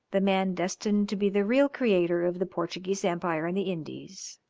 the man destined to be the real creator of the portuguese empire in the indies.